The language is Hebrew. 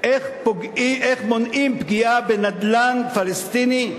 איך מונעים פגיעה בנדל"ן פלסטיני?